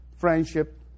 Friendship